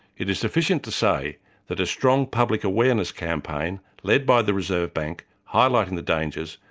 it is sufficient to say that a strong public awareness campaign, led by the reserve bank, highlighting the dangers,